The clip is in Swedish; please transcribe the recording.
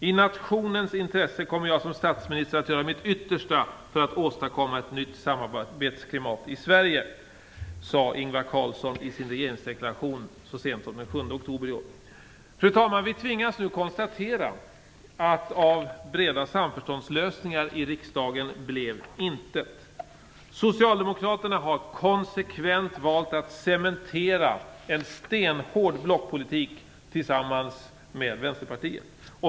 - I nationens intresse kommer jag som statsminister att göra mitt yttersta för att åstadkomma ett nytt samarbetsklimat i Sverige" sade Ingvar Carlsson i sin regeringsdeklaration så sent som den 7 oktober i år. Fru talman! Vi tvingas nu konstatera att det av breda samförståndslösningar i riksdagen blev intet. Socialdemokraterna har konsekvent valt att cementera en stenhård blockpolitik tillsammans med Vänsterpartiet.